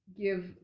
give